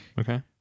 Okay